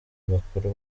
bakuru